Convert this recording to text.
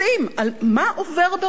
מה עובר בראשיכם,